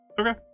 Okay